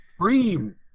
Cream